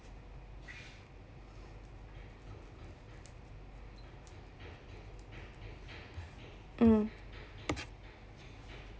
mm